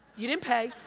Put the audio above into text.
you didn't pay,